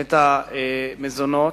את המזונות,